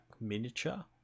miniature